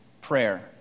prayer